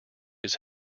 his